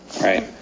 Right